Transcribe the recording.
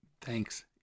Thanks